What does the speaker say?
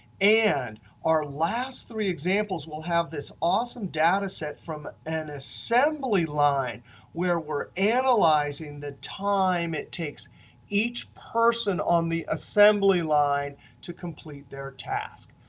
and our last three examples will have this awesome data set from an assembly line where we're analyzing the time it takes each person on the assembly line to complete their task.